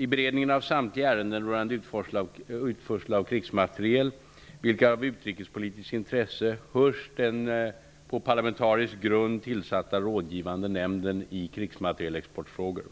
I beredningen av samtliga ärenden rörande utförsel av krigsmateriel vilka är av utrikespolitiskt intresse hörs den på parlamentarisk grund tillsatta Rådgivande nämnden i krigsmaterielexportfrågor.